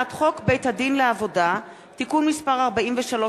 הצעת חוק בית-הדין לעבודה (תיקון מס' 43),